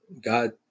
God